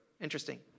Interesting